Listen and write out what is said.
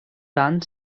tant